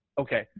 Okay